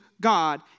God